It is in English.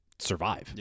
survive